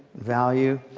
value.